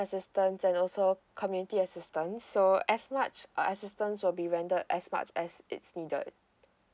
assistance and also community assistance so as much uh assistance will be rendered as much as it's needed